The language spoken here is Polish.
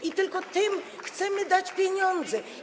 I tylko tym chcemy dać pieniądze.